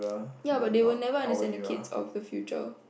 ya but they will never understand the kids of the future